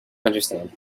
understand